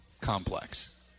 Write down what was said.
complex